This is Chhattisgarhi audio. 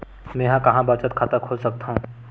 मेंहा कहां बचत खाता खोल सकथव?